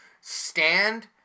stand